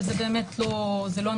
אבל זה באמת לא הנושא.